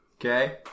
Okay